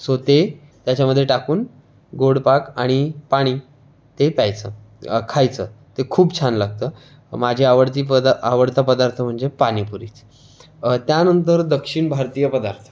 so ते त्याच्यामध्ये टाकून गोड पाक आणि पाणी ते प्यायचं खायचं ते खूप छान लागतं माझी आवडती पदा आवडता पदार्थ म्हणजे पाणीपुरीच त्यानंतर दक्षिण भारतीय पदार्थ